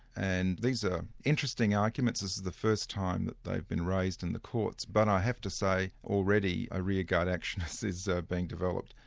and these are interesting arguments, this is the first time that they've been raised in the courts. but i have to say already a rearguard action is is ah being developed.